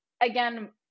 again